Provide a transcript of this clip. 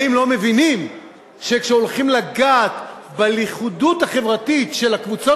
האם לא מבינים שכשהולכים לגעת בלכידות החברתית של הקבוצות